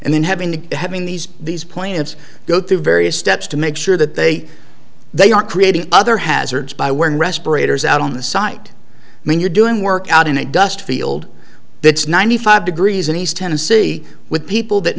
and then having to having these these points go through various steps to make sure that they they are creating other hazards by wearing respirators out on the site when you're doing work out in a dust field it's ninety five degrees a nice ten c with people that